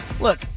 Look